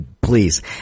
please